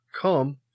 come